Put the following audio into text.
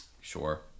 Sure